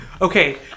okay